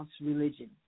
religion